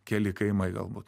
keli kaimai galbūt